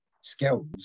skills